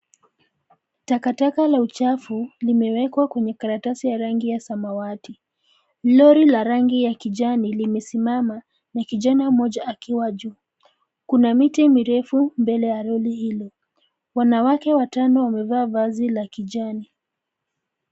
Takataka la uchafu limewekwa kwenye karatasi ya rangi ya samawati. Lori la rangi ya kijani limesimama na kijana mmoja akiwa juu. Kuna miti mirefu mbele ya lori hilo. Wanawake watano wamevaa vazi la kijani.